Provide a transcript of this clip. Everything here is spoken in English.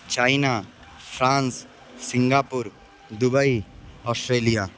China France Singapore Dubai Australia